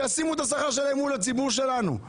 שישימו את השכר שלהם מול הציבור שלנו.